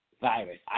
virus